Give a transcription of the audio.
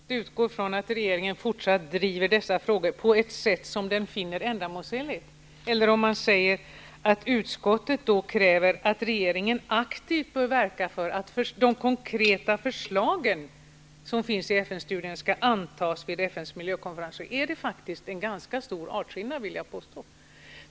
Herr talman! Det är klart att vi kan läsa litet olika, men om det står att utskottet utgår från att regeringen fortsatt driver dessa frågor på ett sätt som den finner ändamålsenligt, eller om man säger att utskottet kräver att regeringen aktivt bör verka för att de konkreta förslagen antas vid FN:s miljökonferens, så är det faktiskt en ganska stor artskillnad, vill jag påstå.